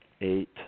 eight